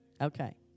Okay